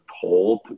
told